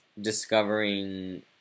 discovering